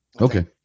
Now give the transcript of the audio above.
Okay